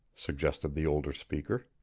suggested the older speaker.